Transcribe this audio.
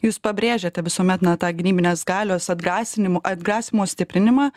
jūs pabrėžiate visuomet na tą gynybinės galios atgrasinimo atgrasymo stiprinimą